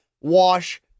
wash